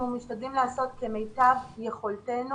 אנחנו משתדלים לעשות כמיטב יכולתנו.